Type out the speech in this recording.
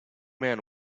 man